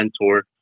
mentor